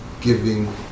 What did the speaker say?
giving